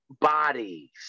bodies